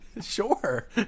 Sure